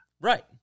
Right